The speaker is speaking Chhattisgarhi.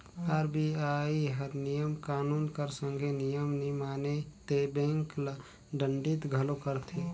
आर.बी.आई हर नियम कानून कर संघे नियम नी माने ते बेंक ल दंडित घलो करथे